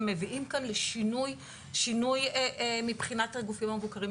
מביאים כאן לשינוי מבחינת הגופים המבוקרים,